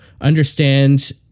understand